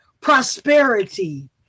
prosperity